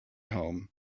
home